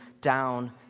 down